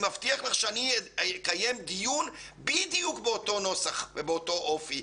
אני מבטיח לך שאני אקדם דיון בדיוק באותו נוסח ובאותו אופי.